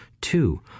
two